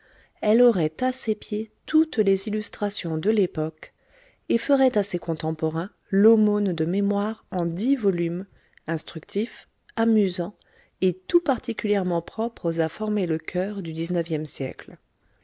elle aurait à ses pieds toutes les illustrations de l'époque et ferait à ses contemporains l'aumône de mémoires en dix volumes instructifs amusants et tout particulièrement propres à former le coeur du dix-neuvième siècle